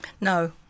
No